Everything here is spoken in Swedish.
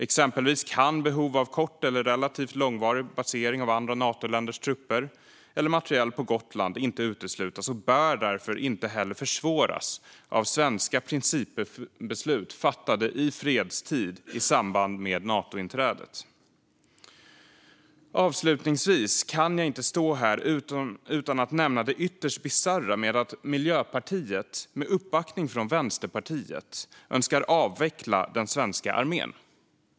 Exempelvis kan behov av kort eller relativt långvarig basering av andra Natoländers trupper eller materiel på Gotland inte uteslutas och bör därför heller inte försvåras av svenska principbeslut fattade i fredstid i samband med Natointrädet. Avslutningsvis kan jag inte stå här utan att nämna det ytterst bisarra med att Miljöpartiet, med uppbackning från Vänsterpartiet, önskar avveckla den svenska armén.